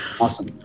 awesome